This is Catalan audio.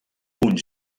punt